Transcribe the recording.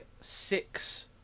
six